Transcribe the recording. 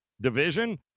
division